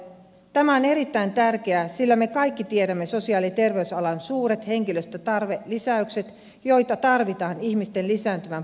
tämä on erittäin tärkeää sillä me kaikki tiedämme sosiaali ja terveysalan suuret henkilöstötarvelisäykset joita tarvitaan ihmisten lisääntyvän palvelutarpeen seurauksena